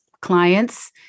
clients